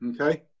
Okay